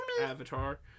avatar